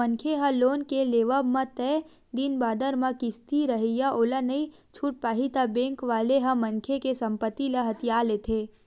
मनखे ह लोन के लेवब म तय दिन बादर म किस्ती रइही ओला नइ छूट पाही ता बेंक वाले ह मनखे के संपत्ति ल हथिया लेथे